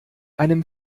einem